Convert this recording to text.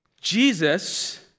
Jesus